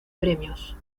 premios